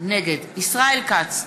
נגד ישראל כץ,